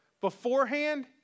beforehand